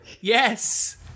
Yes